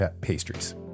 pastries